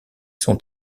sont